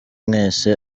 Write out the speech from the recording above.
mwese